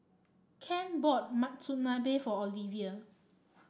Kent bought Monsunabe for Olevia